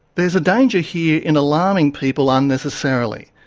there's a danger here in alarming people unnecessarily.